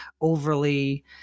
overly